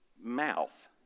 mouth